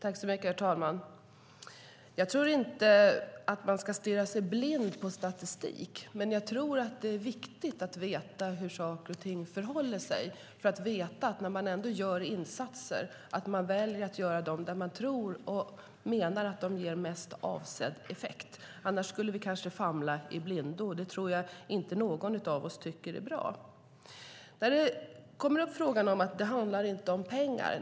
Herr talman! Jag tror inte att man ska stirra sig blind på statistik. Men jag tror att det är viktigt att ta reda på hur saker och ting förhåller sig för att veta att de insatser man väljer att göra ger mest avsedd effekt. Annars skulle vi kanske famla i blindo. Det tror jag inte att någon av oss tycker är bra. Det talas om att det inte handlar om pengar.